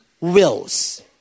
wills